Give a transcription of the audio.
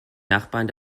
nachbarn